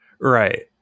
right